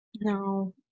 no